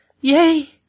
Yay